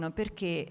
perché